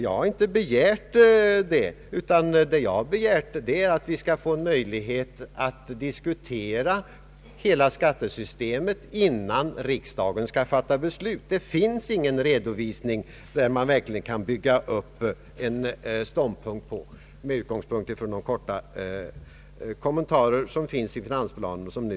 Jag har inte begärt någon sådan, utan jag har begärt att vi skall få en möjlighet att diskutera hela skattesystemet, innan riksdagen skall fatta beslut. Det finns ingen redovisning som man verkligen kan bygga upp en ståndpunkt på annat än med utgångspunkt från de korta kommentarer som finns i finansplanen.